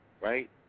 right